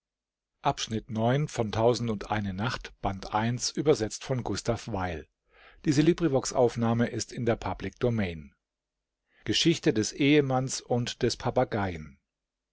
geschichte des ehemanns